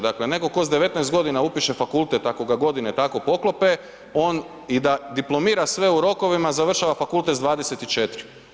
Dakle netko tko s 19 godina upiše fakultet ako ga godine tako poklope on i da diplomira sve u rokovima završava fakultet sa 24.